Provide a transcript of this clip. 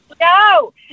No